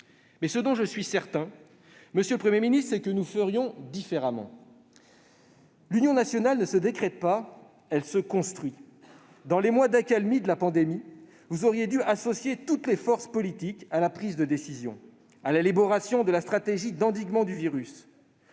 Mais ce dont je suis certain, monsieur le Premier ministre, c'est que nous ferions différemment. L'union nationale ne se décrète pas, elle se construit. Dans les mois d'accalmie de la pandémie, vous auriez dû associer toutes les forces politiques à la prise de décision, à l'élaboration de la stratégie d'endiguement du virus.